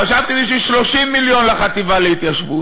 חשבתי שבשביל 30 מיליון לחטיבה להתיישבות.